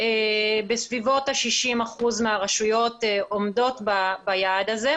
בסביבות ה-60% מהרשויות עומדות ביעד הזה,